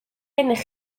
gennych